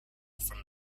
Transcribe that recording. from